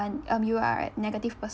um um you are negative per~